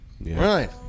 Right